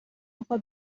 اقا